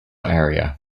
area